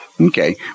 Okay